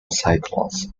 cyclones